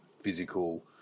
physical